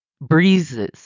breezes